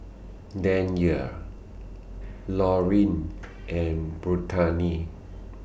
Danyell Laureen and Brittani